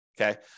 okay